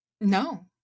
No